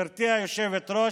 גברתי היושבת-ראש,